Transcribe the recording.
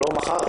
לא מחר.